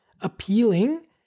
appealing